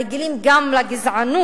הרגילים גם לגזענות,